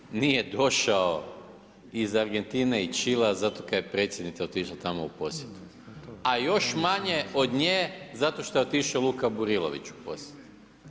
Nitko nije došao iz Argentine i Čilea zato kaj je Predsjednica otišla tamo u posjetu, a još manje od je zato što je otišao Luka Burilović u posjetu.